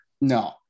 No